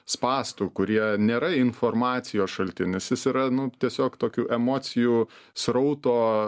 spąstų kurie nėra informacijos šaltinis jis yra nu tiesiog tokių emocijų srauto